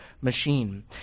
machine